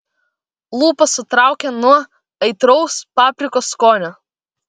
lūpas sutraukė nuo aitraus paprikos skonio